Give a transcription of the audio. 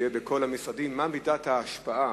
שיהיה בכל המשרדים, מה מידת ההשפעה